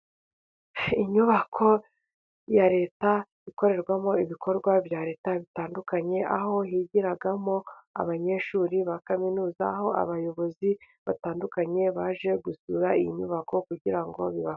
Inyubako ya Leta ikorerwamo ibikorwa bya Leta bitandukanye, aho higiramo abanyeshuri ba kaminuza, aho abayobozi batandukanye baje gusura iyi nyubako kugira ngo biba.